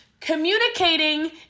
Communicating